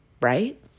right